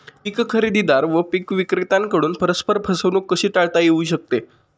पीक खरेदीदार व पीक विक्रेत्यांकडून परस्पर फसवणूक कशी टाळता येऊ शकते?